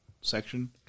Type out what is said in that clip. section